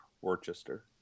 Worcester